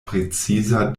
preciza